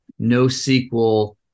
NoSQL